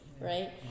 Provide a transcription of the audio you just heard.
right